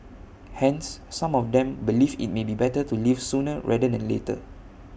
hence some of them believe IT may be better to leave sooner rather than later